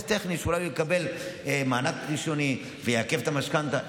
טכני כדי שאולי יקבל מענק ראשוני ויעכב את המשכנתה.